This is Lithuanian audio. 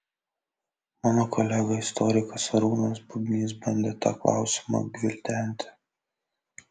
mano kolega istorikas arūnas bubnys bandė tą klausimą gvildenti